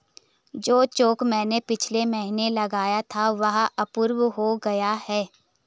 जो चैक मैंने पिछले महीना लगाया था वह अप्रूव हो गया है